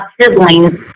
siblings